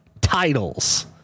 titles